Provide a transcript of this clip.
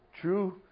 true